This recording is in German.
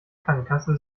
krankenkasse